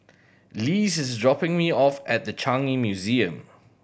Lise is dropping me off at The Changi Museum